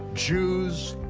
jews,